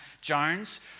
Jones